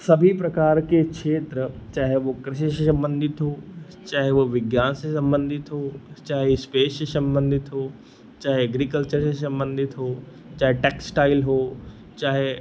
सभी प्रकार के क्षेत्र चाहे वह कृषि से सम्बन्धित हो चाहे वह विज्ञान से सम्बन्धित हो चाहे स्पेस से सम्बन्धित हो चाहे एग्रीकल्चर से सम्बन्धित हो चाहे टेक्सटाइल हो चाहे